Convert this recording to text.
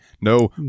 no